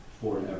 forever